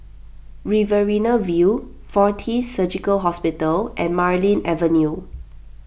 Riverina View fortis Surgical Hospital and Marlene Avenue